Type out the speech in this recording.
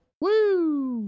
Woo